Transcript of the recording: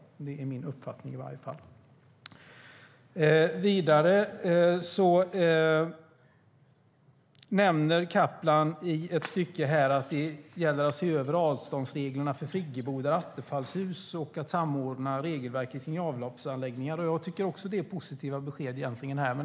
Det är i varje fall min uppfattning. Vidare nämner Kaplan i ett stycke att det gäller att se över avståndsreglerna för friggebodar och Attefallshus och att samordna regelverket för avloppsanläggningar. Det är också positiva besked.